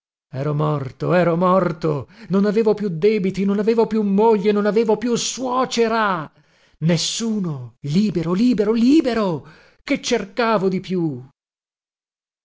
ero morto ero morto non avevo più debiti non avevo più moglie non avevo più suocera nessuno libero libero libero che cercavo di più